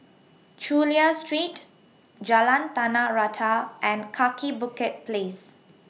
Chulia Street Jalan Tanah Rata and Kaki Bukit Place